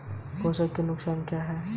प्रेषण के नुकसान क्या हैं?